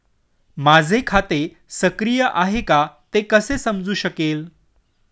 माझे खाते सक्रिय आहे का ते कसे समजू शकेल?